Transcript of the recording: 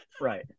Right